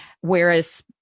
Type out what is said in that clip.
whereas